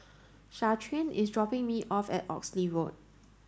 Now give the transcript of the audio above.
Shaquan is dropping me off at Oxley Road